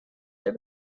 der